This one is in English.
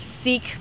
seek